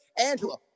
Angela